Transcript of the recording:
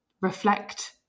reflect